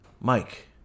Mike